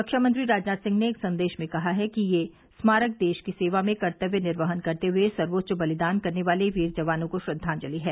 रक्षामंत्री राजनाथ सिंह ने एक संदेश में कहा है कि यह स्मारक देश की सेवा में कर्तव्य निर्वहन करते हुए सर्वोच्च बलिदान करने वाले वीर जवानों को श्रद्वांजलि है